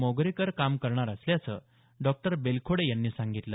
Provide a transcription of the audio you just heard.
मोगरेकर काम करणार असल्याचं डॉक्टर बेलखोडे यांनी सांगितलं